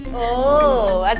oh,